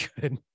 good